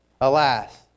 Alas